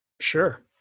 Sure